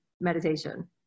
meditation